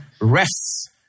Rest